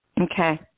Okay